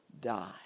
die